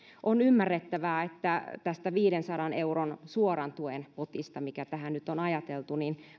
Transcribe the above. on ymmärrettävää että tästä viidensadan miljardin euron suoran tuen potista mikä tähän nyt on ajateltu